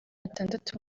atandatu